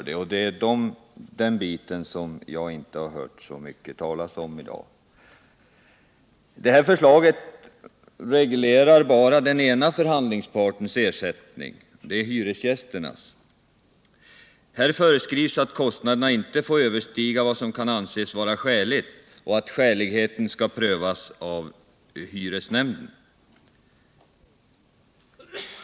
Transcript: Det är den biten som jag inte hört så mycket talas om i dag. Föreliggande lagförslag reglerar bara den ena förhandlingspartens ersättning för förhandlingsarbetet — hyresgästernas. Här föreskrivs att kostnaderna inte får överstiga vad som kan anses skäligt. Skäligheten prövas av hyresnämnden.